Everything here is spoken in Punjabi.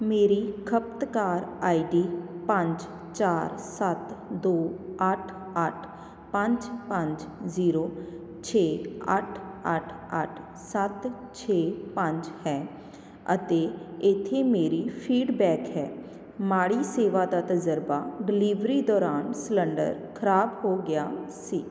ਮੇਰੀ ਖ਼ਪਤਕਾਰ ਆਈ ਡੀ ਪੰਜ ਚਾਰ ਸੱਤ ਦੋ ਅੱਠ ਅੱਠ ਪੰਜ ਪੰਜ ਜ਼ੀਰੋ ਛੇ ਅੱਠ ਅੱਠ ਅੱਠ ਸੱਤ ਛੇ ਪੰਜ ਹੈ ਅਤੇ ਇੱਥੇ ਮੇਰੀ ਫੀਡਬੈਕ ਹੈ ਮਾੜੀ ਸੇਵਾ ਦਾ ਤਜ਼ਰਬਾ ਡਿਲੀਵਰੀ ਦੌਰਾਨ ਸਿਲੰਡਰ ਖ਼ਰਾਬ ਹੋ ਗਿਆ ਸੀ